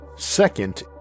Second